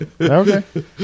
Okay